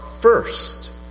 first